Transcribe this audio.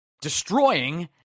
destroying